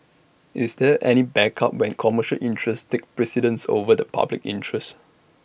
is there any backup when commercial interests take precedence over the public interest